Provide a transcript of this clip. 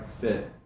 fit